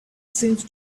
seemed